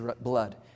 blood